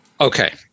Okay